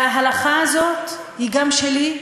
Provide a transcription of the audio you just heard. וההלכה הזאת היא גם שלי,